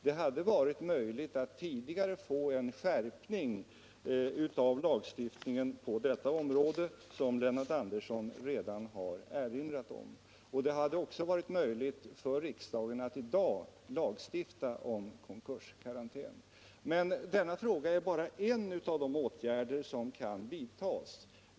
Det hade varit möjligt att tidigare få en skärpning av lagstiftningen på detta område; som Lennart Andersson redan har erinrat om. Det hade också varit möjligt för riksdagen att i dag lagstifta om konkurskarantän. Men denna åtgärd är bara en av dem som kan vidtas.